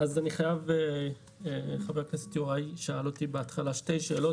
אני חייב לענות לחה"כ ששאל אותי בהתחלה שתי שאלות,